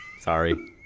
Sorry